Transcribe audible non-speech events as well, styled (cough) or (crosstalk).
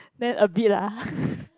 then a bit lah (laughs)